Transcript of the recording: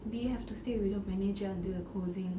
they have to stay with your manager until closing